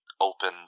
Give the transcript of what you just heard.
open